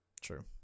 True